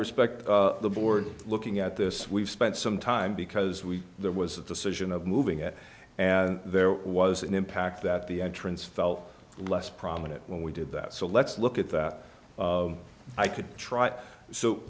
respect the board looking at this we've spent some time because we there was a decision of moving it and there was an impact that the entrance felt less prominent when we did that so let's look at that i could try